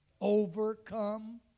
Overcome